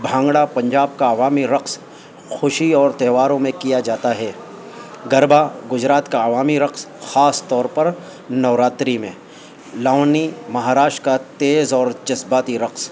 بھانگڑا پنجاب کا عوامی رقص خوشی اور تہواروں میں کیا جاتا ہے گربا گجرات کا عوامی رقص خاص طور پر نوراتری میں لونی مہاراشٹر کا تیز اور جذباتی رقص